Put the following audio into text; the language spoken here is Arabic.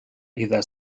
إذا